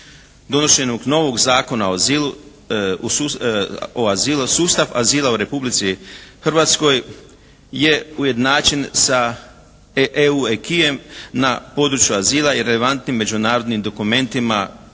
Donošenjem novog Zakona o azilu, sustav azila u Republici Hrvatskoj je ujednačen sa EU acquisem na području azila i relevantnim međunarodnim dokumentima koje